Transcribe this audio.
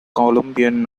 colombian